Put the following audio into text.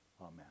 Amen